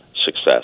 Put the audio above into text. success